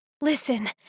Listen